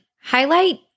Highlight